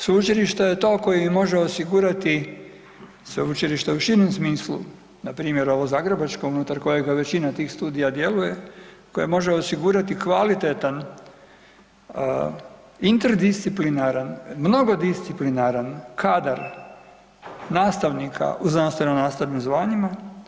Sveučilište je to koje im može osigurati, sveučilište u širem smislu, npr. ovo zagrebačko unutar kojega većina tih studija djeluje, koje može osigurati kvalitetan interdisciplinaran, mnogo disciplinaran kadar nastavnika u znanstveno nastavnim zvanjima.